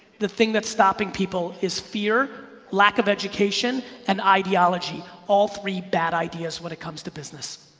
the thing that's stopping people is fear, lack of education and ideology, all three bad ideas when it comes to business.